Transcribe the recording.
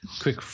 Quick